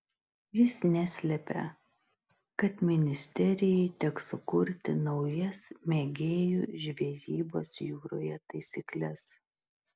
jis neslėpė kad ministerjai teks sukurti naujas mėgėjų žvejybos jūroje taisykles